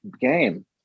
game